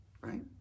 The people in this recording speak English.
right